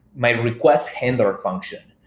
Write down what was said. my request handler function.